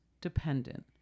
dependent